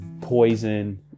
poison